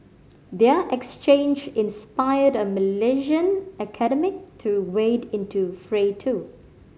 their exchange inspired a Malaysian academic to wade into fray too